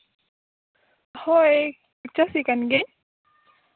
ᱦᱳᱭ ᱪᱟᱹᱥᱤ ᱠᱟᱱ ᱜᱤᱭᱟᱹᱧ